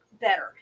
better